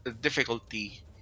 Difficulty